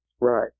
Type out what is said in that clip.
Right